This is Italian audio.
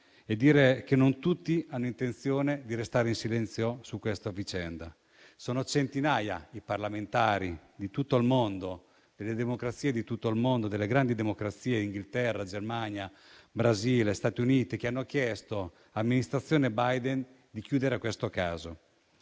e dire che non tutti hanno intenzione di restare in silenzio su questa vicenda. Sono centinaia i parlamentari delle democrazie di tutto il mondo, delle grandi democrazie (Gran Bretagna, Germania, Brasile e Stati Uniti), che hanno chiesto all'amministrazione Biden di chiudere questo caso